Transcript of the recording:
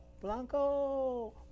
Blanco